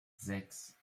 sechs